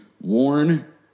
warn